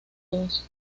todos